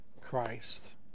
Christ